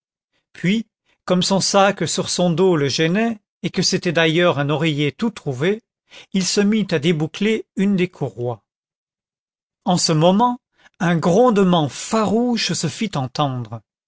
puis comme son sac sur son dos le gênait et que c'était d'ailleurs un oreiller tout trouvé il se mit à déboucler une des courroies en ce moment un grondement farouche se fit entendre